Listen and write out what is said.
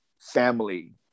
family